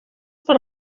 per